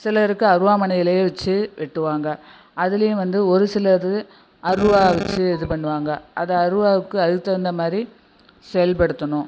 சிலருக்கு அருவாமனையிலயே வச்சு வெட்டுவாங்க அதுலியும் வந்து ஒருசிலது அருவா வச்சு இது பண்ணுவாங்க அந்த அருவாவுக்கு அதுக்கு தகுந்த மாரி செயல்படுத்தணும்